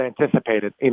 anticipated